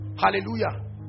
hallelujah